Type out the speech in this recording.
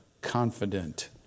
confident